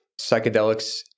psychedelics